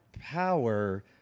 power